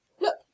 look